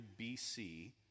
bc